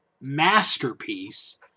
masterpiece